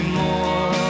more